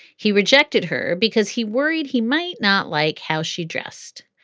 he rejected her because he worried he might not like how she dressed.